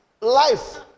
life